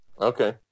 Okay